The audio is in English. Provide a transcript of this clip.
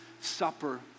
Supper